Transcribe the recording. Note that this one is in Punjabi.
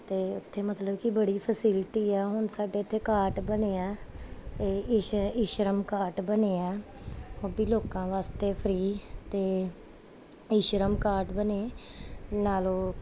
ਅਤੇ ਉੱਥੇ ਮਤਲਬ ਕਿ ਬੜੀ ਫੈਸਿਲਿਟੀ ਆ ਹੁਣ ਸਾਡੇ ਇੱਥੇ ਕਾਟ ਬਣੇ ਹੈ ਇਹ ਇਸ਼ ਇਸ਼ਰਮ ਕਾਟ ਬਣੇ ਹੈ ਉਹ ਵੀ ਲੋਕਾਂ ਵਾਸਤੇ ਫਰੀ ਅਤੇ ਇਸ਼ਰਮ ਕਾਰਡ ਬਣੇ ਨਾਲ ਉਹ